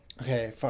Okay